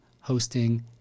hosting